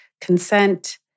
Consent